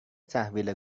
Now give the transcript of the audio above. تحویل